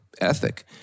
ethic